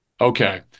Okay